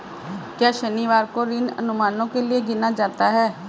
क्या शनिवार को ऋण अनुमानों के लिए गिना जाता है?